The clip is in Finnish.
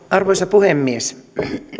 arvoisa puhemies